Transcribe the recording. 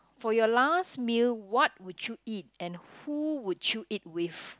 for your last meal what would you eat and who would you eat with